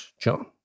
john